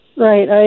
Right